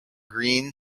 green